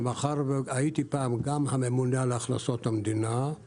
ומאחר והייתי פעם גם הממונה על הכנסות המדינה,